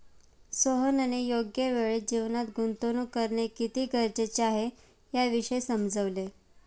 सोहनने योग्य वेळी जीवनात गुंतवणूक करणे किती गरजेचे आहे, याविषयी समजवले